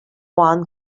juan